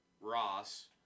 Ross